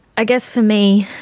i guess for me